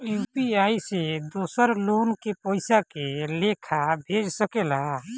UPI से दोसर लोग के पइसा के लेखा भेज सकेला?